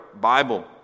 Bible